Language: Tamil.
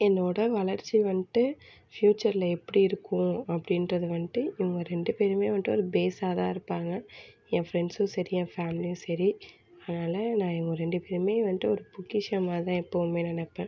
என்னோடய வளர்ச்சி வந்துட்டு ஃப்யூச்சரில் எப்படி இருக்கும் அப்படின்றது வந்துட்டு இவங்க ரெண்டு பேருமே வந்துட்டு ஒரு பேஸாக தான் இருப்பாங்க என் ஃப்ரெண்ட்ஸும் சரி என் ஃபேமிலியும் சரி அதனால் நான் இவங்க ரெண்டு பேருமே வந்துட்டு ஒரு பொக்கிஷமாக தான் எப்போதுமே நினப்பேன்